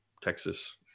Texas